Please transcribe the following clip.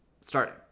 starting